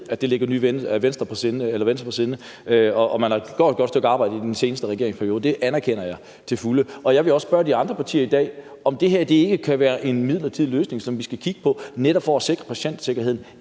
at det ligger Venstre på sinde. Man har gjort et godt stykke arbejde i den seneste regeringsperiode, det anerkender jeg til fulde. Jeg vil også spørge de andre partier i dag, om det her ikke kan være en midlertidig løsning, som vi skal kigge på, netop for at sikre patientsikkerheden,